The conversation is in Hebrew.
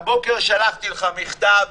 הבוקר שלחתי לך מכתב.